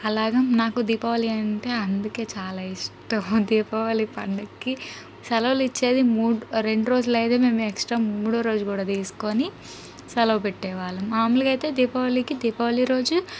అలాగ నాకు దీపావళి అంటే అందుకే చాలా ఇష్టం దీపావళి పండగకి సెలవులిచ్చేది మూ రెండు రోజులైతే మేము ఎక్స్ట్రా మూడవ రోజు కూడా తీసుకొని సెలవు పెట్టేవాళ్ళం మాములుగా అయితే దీపావళికి దీపావళి రోజు